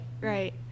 right